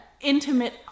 intimate